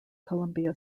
columbia